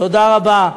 תודה רבה.